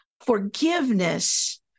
Forgiveness